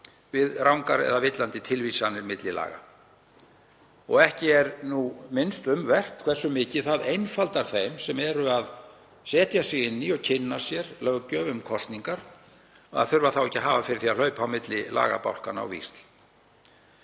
við rangar eða villandi tilvísanir milli laga. Ekki er nú minnst um vert hversu mikið það einfaldar þeim sem eru að setja sig inn í og kynna sér löggjöf um kosningar að þurfa ekki að hafa fyrir því að hlaupa á milli lagabálkanna á víxl.